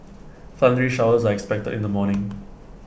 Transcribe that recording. thundery showers are expected in the morning